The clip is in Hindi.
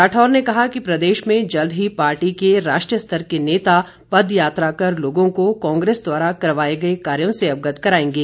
राठौर ने कहा कि प्रदेश में जल्द ही पार्टी के राष्ट्रीय स्तर के नेता पदयात्रा कर लोगों को कांग्रेस द्वारा करवाए गए कार्यों से अवगत कराएगे